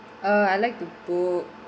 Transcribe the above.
uh I like to book